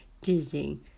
dizzy